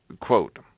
quote